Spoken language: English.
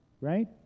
right